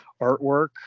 artwork